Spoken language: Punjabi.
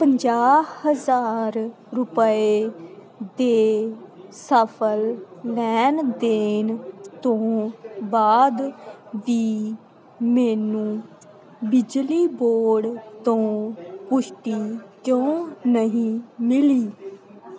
ਪੰਜਾਹ ਹਜ਼ਾਰ ਰੁਪਏ ਦੇ ਸਫਲ ਲੈਣ ਦੇਣ ਤੋਂ ਬਾਅਦ ਵੀ ਮੈਨੂੰ ਬਿਜਲੀ ਬੋਰਡ ਤੋਂ ਪੁਸ਼ਟੀ ਕਿਉਂ ਨਹੀਂ ਮਿਲੀ